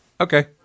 Okay